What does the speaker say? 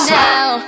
now